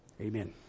Amen